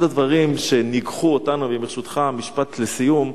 אחד הדברים שניגחו אותנו, ברשותך, משפט לסיום.